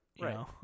Right